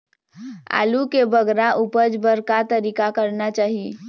आलू के बगरा उपज बर का तरीका करना चाही?